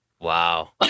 Wow